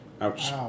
Ouch